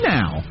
now